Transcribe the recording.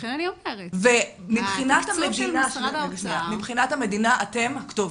ומבחינת המדינה, אתם הכתובת.